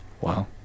Wow